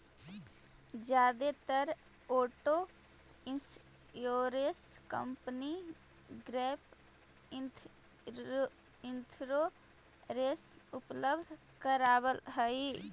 जादेतर auto insurance company gap insurance उपलब्ध करावऽ हई